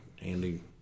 Andy